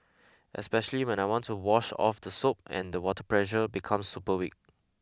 especially when I want to wash off the soap and the water pressure becomes super weak